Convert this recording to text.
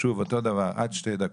שוב, אותו דבר עד שתי דקות.